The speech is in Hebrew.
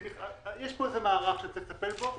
יש פה איזה מערך שצריך לטפל בו,